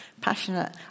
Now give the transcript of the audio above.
passionate